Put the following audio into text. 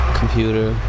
computer